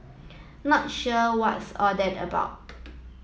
not sure what's all that about